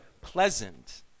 pleasant